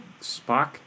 Spock